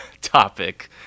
topic